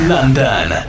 London